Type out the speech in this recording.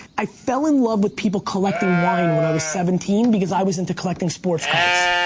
i fell in love with people collecting wine when i was seventeen, because i was into collecting sports cards.